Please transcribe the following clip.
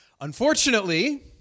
Unfortunately